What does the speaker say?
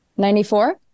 Ninety-four